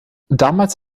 damals